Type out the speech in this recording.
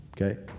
okay